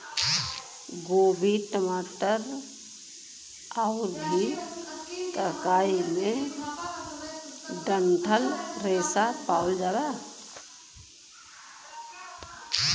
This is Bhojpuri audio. गोभी मटर आउर भी तरकारी में डंठल रेशा पावल जाला